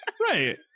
right